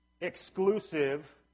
exclusive